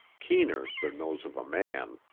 keener than those of a man.